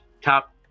top